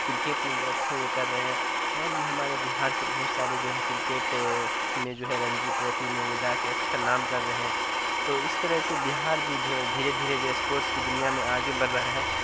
cricket میں جو ہے اچھے وہ کر رہے ہیں اور بھی ہمارے بہار سے بہت سارے جو ہے کرکٹ میں جو ہے رنجی ٹرافی میں وہ جا کے اچھا نام کر رہے ہیں تو اس طرح سے بہار بھی دھیرے دھیرے جو ہے اسپوٹس کی دنیا میں آگے بڑھ رہا ہے